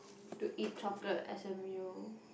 to eat chocolate as a meal